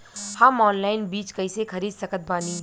हम ऑनलाइन बीज कइसे खरीद सकत बानी?